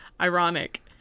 Ironic